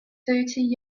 thirty